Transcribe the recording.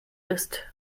ist